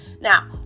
Now